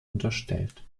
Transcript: unterstellt